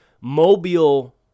mobile